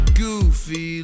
goofy